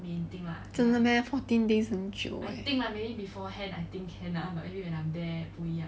真的 meh fourteen days 很久 leh